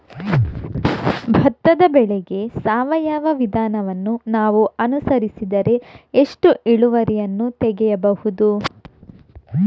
ಭತ್ತದ ಬೆಳೆಗೆ ಸಾವಯವ ವಿಧಾನವನ್ನು ನಾವು ಅನುಸರಿಸಿದರೆ ಎಷ್ಟು ಇಳುವರಿಯನ್ನು ತೆಗೆಯಬಹುದು?